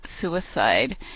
suicide